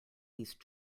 least